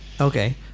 Okay